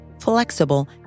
flexible